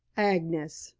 agnes,